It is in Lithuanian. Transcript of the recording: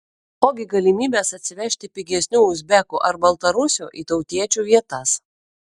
ogi galimybės atsivežti pigesnių uzbekų ar baltarusių į tautiečių vietas